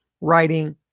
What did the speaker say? writing